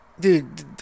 dude